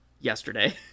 yesterday